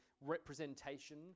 representation